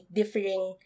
differing